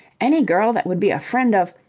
any girl that would be a friend of.